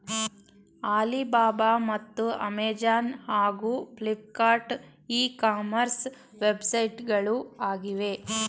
Alibaba ಮತ್ತು Amazon ಹಾಗೂ Flipkart e commerce ವೆಬ್ಸೈಟ್ಗಳು ಆಗಿವೆ